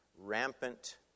Rampant